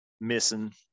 missing